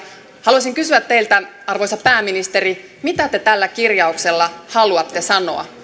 haluaisin kysyä teiltä arvoisa pääministeri mitä te tällä kirjauksella haluatte sanoa